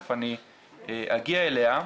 תיכף אני אגיע אליה,